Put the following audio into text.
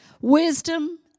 Wisdom